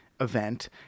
event